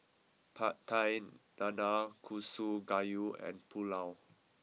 Pad Thai Nanakusa Gayu and Pulao